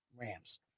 rams